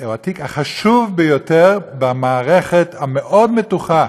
הוא התיק החשוב ביותר במערכת המאוד-מתוחה